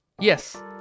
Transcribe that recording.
Yes